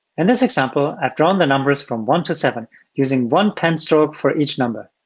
and this example, i've drawn the numbers from one to seven using one pen stroke for each number.